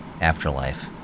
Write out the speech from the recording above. Afterlife